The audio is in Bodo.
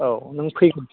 औ नों फै